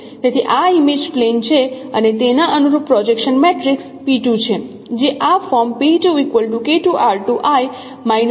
તેથી આ image plane છે અને તેના અનુરૂપ પ્રોજેક્શન મેટ્રિક્સ છે જે આ ફોર્મ માં આપવામાં આવે છે